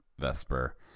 vesper